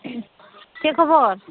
ᱪᱮᱫ ᱠᱷᱚᱵᱚᱨ